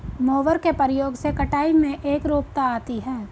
mower के प्रयोग से कटाई में एकरूपता आती है